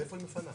לאיפה היא מפנה?